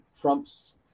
Trump's